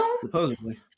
Supposedly